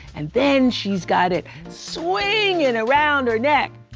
and then she's got it swingin' around her neck.